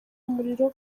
umuriro